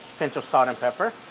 pinch of salt and pepper.